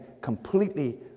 completely